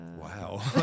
wow